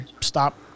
stop